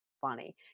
funny